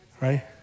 Right